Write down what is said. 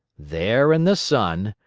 there in the sun,